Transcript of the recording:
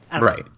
Right